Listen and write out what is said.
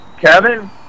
Kevin